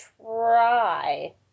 try